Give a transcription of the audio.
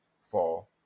fall